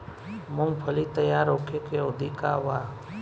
मूँगफली तैयार होखे के अवधि का वा?